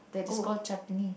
the dish called chutney